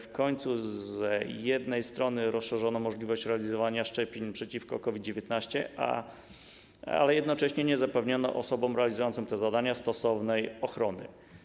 W końcu z jednej strony rozszerzono możliwość realizowania szczepień przeciwko COVID-19, ale jednocześnie nie zapewniono osobom realizującym te zadania stosownej ochrony.